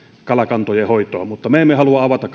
kalakantojen hoitoon mutta me emme halua avata